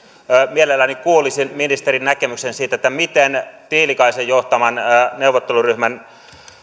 mielelläni kuulisin ministerin näkemyksen siitä miten tiilikaisen johtaman neuvotteluryhmän